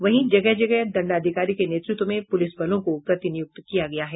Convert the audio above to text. वहीं जगह जगह दंडाधिकारी के नेतृत्व में पुलिस बलों को प्रतिनियुक्त किया गया है